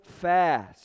fast